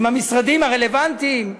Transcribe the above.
עם המשרדים הרלוונטיים.